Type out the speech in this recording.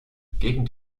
gegen